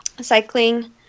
cycling